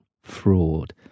fraud